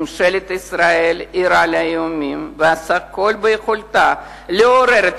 ממשלת ישראל ערה לאיומים ועושה כל שביכולתה לעורר את